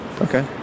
Okay